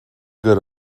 good